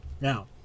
now